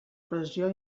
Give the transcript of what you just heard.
pressió